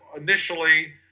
initially